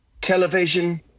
television